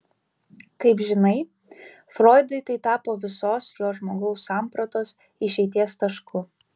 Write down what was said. kaip žinai froidui tai tapo visos jo žmogaus sampratos išeities tašku